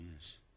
yes